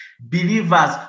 believers